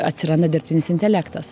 atsiranda dirbtinis intelektas